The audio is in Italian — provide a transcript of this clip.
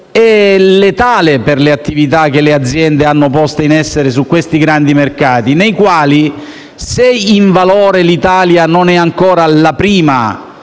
è letale per le attività che le aziende hanno posto in essere su questi grandi mercati, nei quali se in valore l'Italia non è ancora la prima